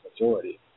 majority